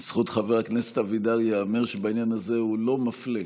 לזכות חבר הכנסת אבידר ייאמר שבעניין הזה הוא לא מפלה.